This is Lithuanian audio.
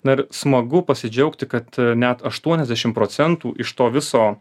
na ir smagu pasidžiaugti kad net aštuoniasdešimt procentų iš to viso